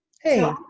Hey